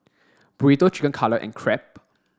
Burrito Chicken Cutlet and Crepe